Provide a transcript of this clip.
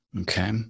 Okay